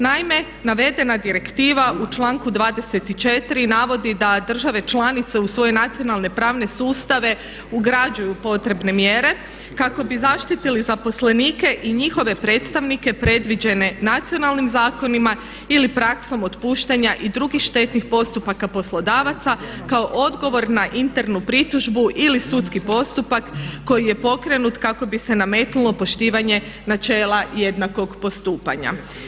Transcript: Naime, navedena direktiva u članku 24. navodi da države članice u svoje nacionalne pravne sustave ugrađuju potrebne mjere kako bi zaštitili zaposlenike i njihove predstavnike predviđene nacionalnim zakonima ili praksom otpuštanja i drugih štetnih postupaka poslodavaca kao odgovor na internu pritužbu ili sudski postupak koji je pokrenut kako bi se nametnulo poštivanje načela jednakog postupanja.